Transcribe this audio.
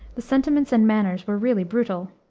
the sentiments and manners were really brutal.